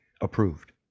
approved